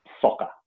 soccer